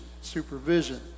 supervision